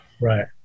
Right